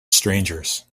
strangers